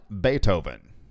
Beethoven